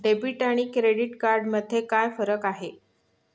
Debit आणि credit card मध्ये काय फरक आहे?